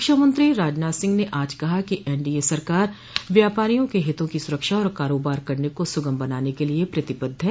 रक्षा मंत्री राजनाथ सिंह ने आज कहा कि एन डी ए सरकार व्यापारिया के हितों की सुरक्षा और कारोबार करने को सुगम बनाने के लिए प्रतिबद्ध है